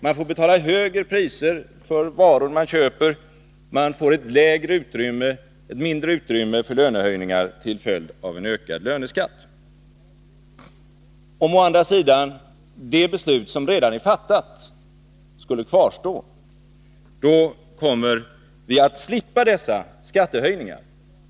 Man får betala högre pris för de varor man köper, och det blir ett mindre utrymme för lönehöjningar till följd av en ökning av löneskatten. Men skulle det beslut som redan har fattats kvarstå, kommer vi att slippa dessa skattehöjningar.